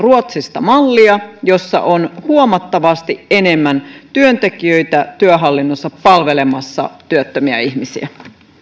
mallia ruotsista jossa on huomattavasti enemmän työntekijöitä työhallinnossa palvelemassa työttömiä ihmisiä